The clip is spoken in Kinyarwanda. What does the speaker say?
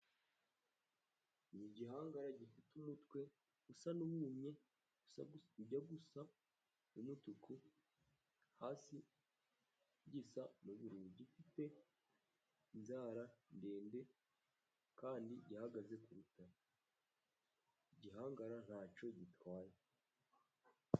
Ni igihangara gifite umutwe usa n'uwumye, ujya gusa n'umutuku, hasi gisa n'ubururu, gifite inzara ndende, kandi yahagaze ku rutare. Igihangara ntacyo gitwaye.